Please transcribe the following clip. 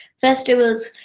festivals